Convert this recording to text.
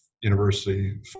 University